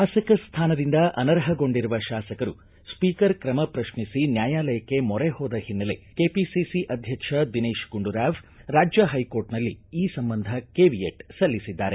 ಶಾಸಕ ಸ್ಥಾನದಿಂದ ಅನರ್ಹಗೊಂಡಿರುವ ಶಾಸಕರು ಸ್ವೀಕರ್ ತ್ರಮ ಶ್ರಷ್ನಿಸಿ ನ್ಥಾಯಾಲಯಕ್ಕೆ ಮೊರೆ ಹೋದ ಹಿನ್ನೆಲೆ ಕೆಪಿಸಿಸಿ ಅಧ್ಯಕ್ಷ ದಿನೇತ್ ಗುಂಡೂರಾವ್ ರಾಜ್ಯ ಹೈಕೋರ್ಟ್ನಲ್ಲಿ ಈ ಸಂಬಂಧ ಕೆವಿಯೆಟ್ ಸಲ್ಲಿಸಿದ್ದಾರೆ